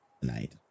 tonight